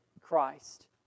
Christ